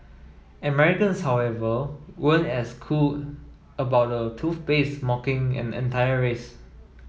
Americans however weren't as cool about a toothpaste mocking an entire race